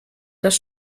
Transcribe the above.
das